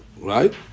Right